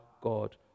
God